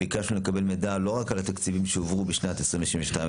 ביקשנו לקבל מידע לא רק על התקציבים שהועברו בשנת 2022,